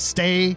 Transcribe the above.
Stay